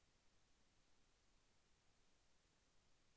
పంటలకు చీడ పీడల భారం ఎలా తగ్గించాలి?